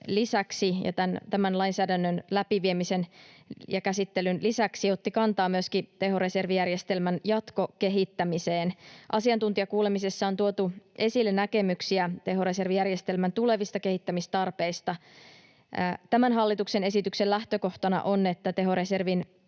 ja tämän lainsäädännön läpiviemisen ja käsittelyn lisäksi otti kantaa myöskin tehoreservijärjestelmän jatkokehittämiseen. Asiantuntijakuulemisissa on tuotu esille näkemyksiä tehoreservijärjestelmän tulevista kehittämistarpeista. Tämän hallituksen esityksen lähtökohtana on, että tehoreservin